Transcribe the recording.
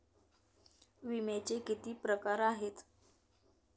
विम्याचे किती प्रकार आहेत?